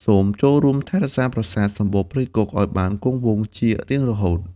សូមចូលរួមថែរក្សាប្រាសាទសំបូរព្រៃគុកឱ្យបានគង់វង្សជារៀងរហូត។